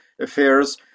affairs